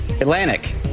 Atlantic